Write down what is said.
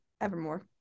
Evermore